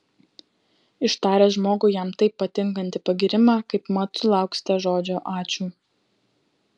ištaręs žmogui jam taip patinkantį pagyrimą kaipmat sulauksite žodžio ačiū